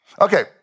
Okay